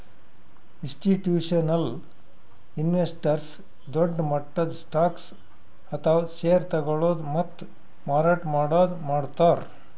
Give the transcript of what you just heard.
institutional investors ದೊಡ್ಡ್ ಮಟ್ಟದ್ stocks ಅಥವಾ ಷೇರ್ ತಗೋಳದು ಮತ್ತ್ ಮಾರಾಟ್ ಮಾಡದು ಮಾಡ್ತಾರ್